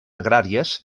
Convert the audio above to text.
agràries